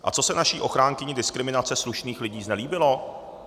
A co se naší ochránkyni diskriminace slušných lidí znelíbilo?